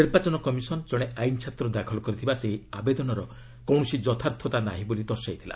ନିର୍ବାଚନ କମିଶନ୍ ଜଣେ ଆଇନ ଛାତ୍ର ଦାଖଲ କରିଥିବା ସେହି ଆବେଦନର କୌଣସି ଯଥାର୍ଥତା ନାହିଁ ବୋଲି ଦର୍ଶାଇଥିଲା